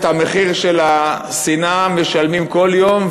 את המחיר של השנאה משלמים כל יום,